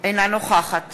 אינה נוכחת